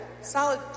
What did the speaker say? solid